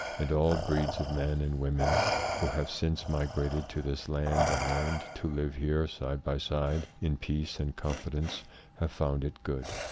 and all breeds of men and women who have since migrated to this land and learned to live here side by side in peace and confidence have found it good.